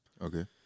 Okay